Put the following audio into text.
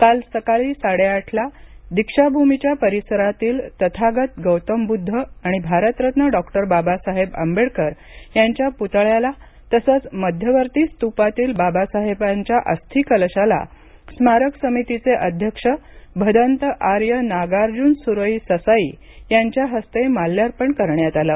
काल सकाळी साडेआठला दीक्षाभूमीच्या परिसरातील तथागत गौतम बुद्ध आणि भारतरत्न डॉक्टर बाबासाहेब आंबेडकर यांच्या पुतळ्याला तसंच मध्यवर्ती स्तूपातील बाबासाहेबांच्या अस्थिकलशाला स्मारक समितीचे अध्यक्ष भदन्त आर्य नागार्जून सुरई ससाई यांच्या हस्ते माल्यार्पण करण्यात आलं